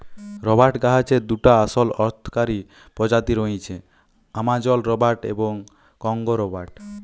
রবাট গাহাচের দুটা আসল অথ্থকারি পজাতি রঁয়েছে, আমাজল রবাট এবং কংগো রবাট